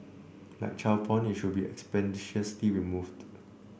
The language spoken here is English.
like child porn it should be expeditiously removed